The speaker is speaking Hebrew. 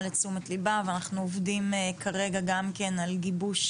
לתשומת ליבה ואנחנו עובדים כרגע גם כן על גיבוש.